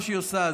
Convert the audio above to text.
כל מה שהיא עושה,